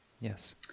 yes